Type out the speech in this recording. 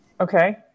Okay